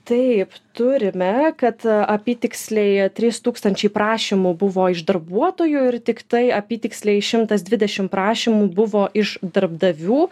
taip turime kad apytiksliai trys tūkstančiai prašymų buvo iš darbuotojų ir tiktai apytiksliai šimtas dvidešim prašymų buvo iš darbdavių